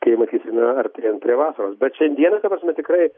kai matysime artėjant prie vasaros bet šiandieną ta prasme tikrai